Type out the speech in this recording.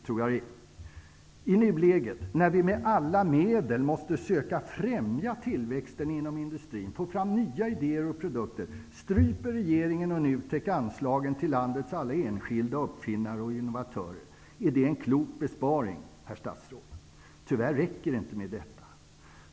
I nuläget, när vi med alla medel måste söka främja tillväxten inom industrin och få fram nya idéer och produkter stryper regeringen och NUTEK anslagen till landets alla enskilda uppfinnare och innovatörer. Är det en klok besparing herr statsråd? Tyvärr räcker det inte med detta.